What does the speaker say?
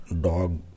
dog